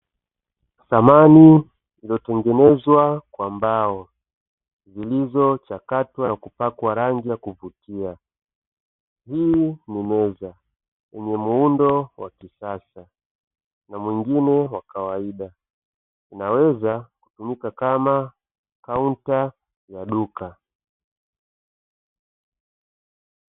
Samani iliyotengenezwa kwa mbao zilizochakatwa na kupakwa rangi ya kuvutia. Hii ni meza yenye muundo wa kisasa na mwingine wa kawaida, unaweza kutumika kama kaunta ya duka.